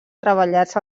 treballats